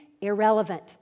irrelevant